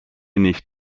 nicht